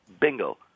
bingo